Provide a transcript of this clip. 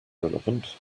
relevant